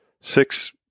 six